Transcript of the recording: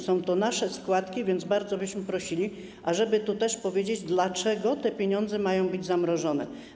Są to nasze składki, więc bardzo byśmy prosili, żeby tu powiedzieć, dlaczego te pieniądze mają być zamrożone.